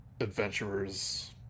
adventurers